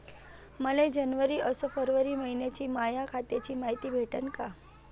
मले जनवरी अस फरवरी मइन्याची माया खात्याची मायती भेटन का?